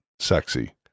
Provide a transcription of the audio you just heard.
sexy